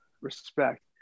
respect